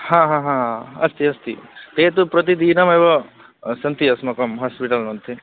हा हा हा अस्ति अस्ति ते तु प्रतिदिनमेव सन्ति अस्माकं होस्पिटल्मध्ये